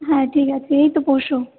হ্যাঁ ঠিক আছে এই তো পরশু